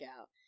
out